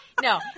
no